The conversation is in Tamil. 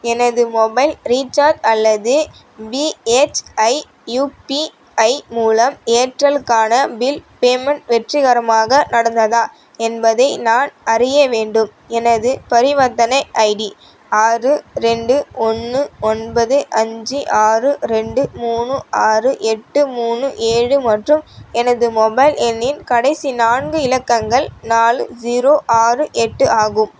எனது மொபைல் ரீசார்ஜ் அல்லது பிஎச்ஐ யுபிஐ மூலம் ஏர்டெலுக்கான பில் பேமெண்ட் வெற்றிகரமாக நடந்ததா என்பதை நான் அறிய வேண்டும் எனது பரிவர்த்தனை ஐடி ஆறு ரெண்டு ஒன்று ஒன்பது அஞ்சு ஆறு ரெண்டு மூணு ஆறு எட்டு மூணு ஏழு மற்றும் எனது மொபைல் எண்ணின் கடைசி நான்கு இலக்கங்கள் நாலு ஜீரோ ஆறு எட்டு ஆகும்